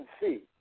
see